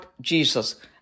Jesus